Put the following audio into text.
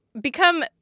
become